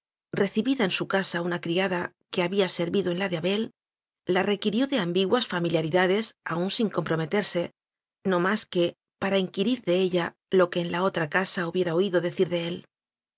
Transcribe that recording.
recibida en su casa una criada que había servido en la de abel la requirió de ambiguas familiari dades aun sin comprometerse no más que para inquirir de ella lo que en la otra casa hubiera oído decir de él